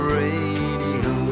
radio